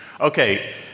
Okay